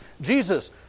Jesus